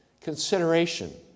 consideration